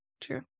true